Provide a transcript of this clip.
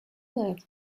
that